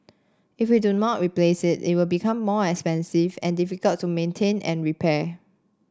if we do not replace it it will become more expensive and difficult to maintain and repair